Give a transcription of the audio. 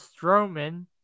Strowman